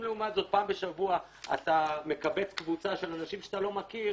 אם לעומת זאת פעם בשבוע אתה מקבץ קבוצה של אנשים שאתה לא מכיר,